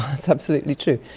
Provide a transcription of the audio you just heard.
that's absolutely true.